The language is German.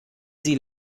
sie